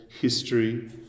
history